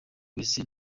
wese